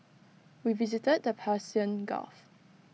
we visited the Persian gulf